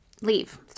leave